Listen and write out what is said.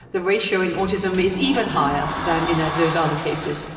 the ratio in autism is even higher than in ah those other cases.